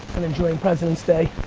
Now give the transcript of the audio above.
and enjoying president's day,